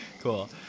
cool